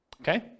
Okay